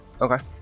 Okay